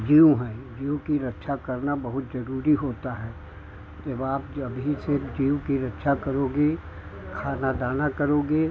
जीव हैं जीव की रक्षा करना बहुत ज़रूरी होता है जब आप जभी से जीव की रक्षा करोगे खाना दाना करोगे